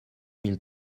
mille